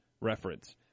Reference